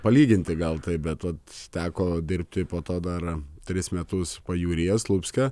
palyginti gal taip bet vat teko dirbti po to dar tris metus pajūryje slupcke